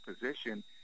position